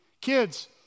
Kids